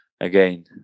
Again